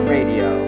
Radio